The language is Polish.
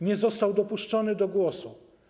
Nie został dopuszczony do głosu.